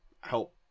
help